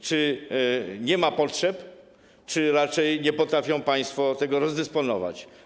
Czy nie ma potrzeb, czy raczej nie potrafią państwo tego rozdysponować?